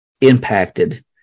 impacted